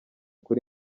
kuri